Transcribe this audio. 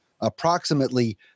approximately